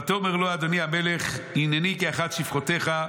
ותאמר לו: אדוני המלך, הינני כאחת שפחותיך,